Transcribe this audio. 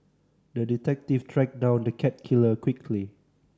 the detective tracked down the cat killer quickly